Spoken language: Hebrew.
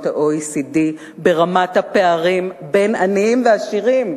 ה-OECD ברמת הפערים בין עניים לעשירים.